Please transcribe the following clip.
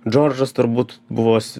džordžas turbūt buvo s